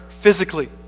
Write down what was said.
physically